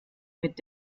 mit